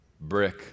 brick